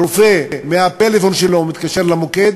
הרופא, מהפלאפון שלו מתקשר למוקד.